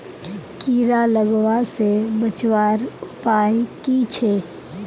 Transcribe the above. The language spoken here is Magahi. कीड़ा लगवा से बचवार उपाय की छे?